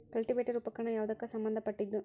Cultivator ಉಪಕರಣ ಯಾವದಕ್ಕ ಸಂಬಂಧ ಪಟ್ಟಿದ್ದು?